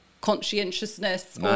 Conscientiousness